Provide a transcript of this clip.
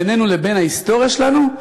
בינינו לבין ההיסטוריה שלנו,